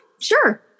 sure